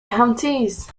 counties